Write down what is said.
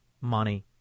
money